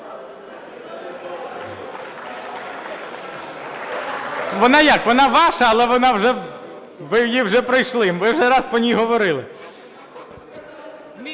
Вона як? Вона ваша, але ви її вже пройшли, ми вже раз по ній говорили.